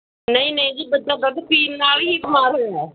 ਨਹੀਂ ਨਹੀਂ ਜੀ ਬੱਚਾ ਦੁੱਧ ਪੀਣ ਨਾਲ ਹੀ ਬਿਮਾਰ ਹੋਇਆ